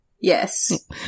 Yes